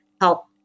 help